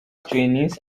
trainees